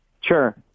Sure